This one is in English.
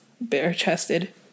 bare-chested